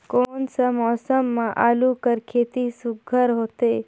कोन सा मौसम म आलू कर खेती सुघ्घर होथे?